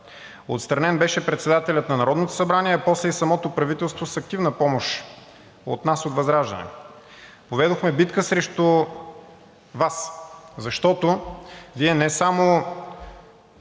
Отстранен беше председателят на Народното събрание, а после и самото правителство с активна помощ от нас, от ВЪЗРАЖДАНЕ. Поведохме битка срещу Вас, защото Вие не само